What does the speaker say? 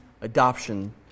adoption